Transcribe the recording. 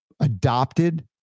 adopted